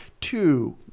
two